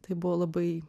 tai buvo labai